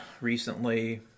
recently